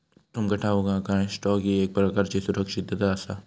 तुमका ठाऊक हा काय, स्टॉक ही एक प्रकारची सुरक्षितता आसा?